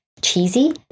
cheesy